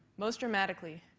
most dramatically,